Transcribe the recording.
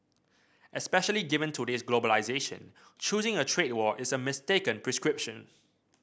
especially given today's globalisation choosing a trade war is a mistaken prescription